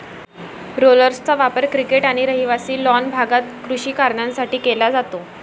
रोलर्सचा वापर क्रिकेट आणि रहिवासी लॉन भागात कृषी कारणांसाठी केला जातो